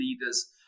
leaders